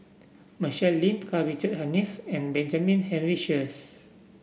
Michelle Lim Karl Richard Hanitsch and Benjamin Henry Sheares